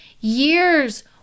years